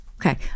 Okay